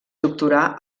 doctorà